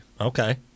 okay